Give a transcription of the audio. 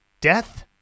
death